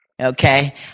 Okay